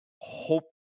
hope